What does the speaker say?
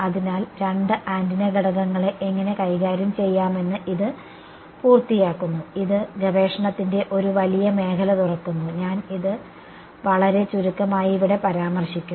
അതിനാൽ രണ്ട് ആന്റിന ഘടകങ്ങളെ എങ്ങനെ കൈകാര്യം ചെയ്യാമെന്ന് ഇത് പൂർത്തിയാക്കുന്നു ഇത് ഗവേഷണത്തിന്റെ ഒരു വലിയ മേഖല തുറക്കുന്നു ഞാൻ അത് വളരെ ചുരുക്കമായി ഇവിടെ പരാമർശിക്കുന്നു